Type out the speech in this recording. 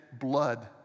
blood